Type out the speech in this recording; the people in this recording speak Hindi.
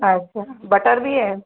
अच्छा बटर भी है